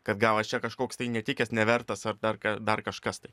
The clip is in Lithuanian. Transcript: kad gal aš čia kažkoks tai netikęs nevertas ar dar ką dar kažkas tai